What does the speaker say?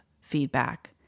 feedback